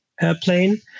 airplane